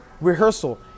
Rehearsal